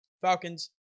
Falcons